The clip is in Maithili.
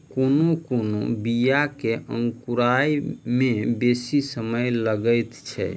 कोनो कोनो बीया के अंकुराय मे बेसी समय लगैत छै